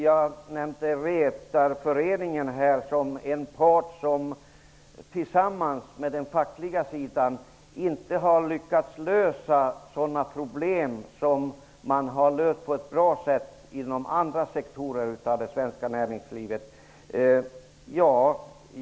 Jag nämnde att Redareföreningen tillsammans med de fackliga organisationerna inte har lyckats lösa sådana problem som man har löst på ett bra sätt inom andra sektorer av det svenska näringslivet.